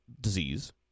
disease